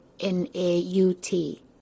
N-A-U-T